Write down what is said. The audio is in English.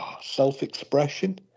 self-expression